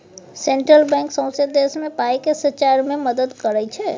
central Bank सौंसे देश मे पाइ केँ सचार मे मदत करय छै